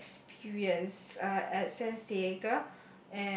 uh experience uh at Sands-Theatre